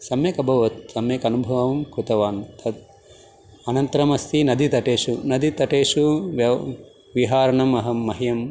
सम्यक् अभवत् सम्यक् अनुभवं कृतवान् तत् अनन्तरमस्ति नदीतटेषु नदीतटेषु व्यव् विहरणम् अहं मह्यं